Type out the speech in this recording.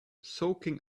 soaking